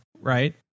right